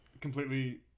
completely